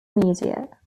media